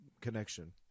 connection